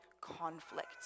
conflict